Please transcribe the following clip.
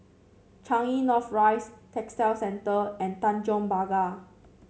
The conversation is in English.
Changi North Rise Textile Centre and Tanjong Pagar